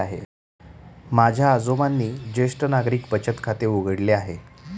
माझ्या आजोबांनी ज्येष्ठ नागरिक बचत खाते उघडले आहे